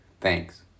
Thanks